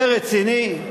זה רציני?